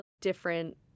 different